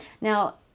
Now